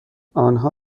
آنها